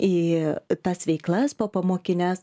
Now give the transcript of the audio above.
į tas veiklas popamokines